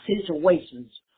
situations